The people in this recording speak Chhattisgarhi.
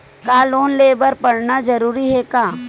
का लोन ले बर पढ़ना जरूरी हे का?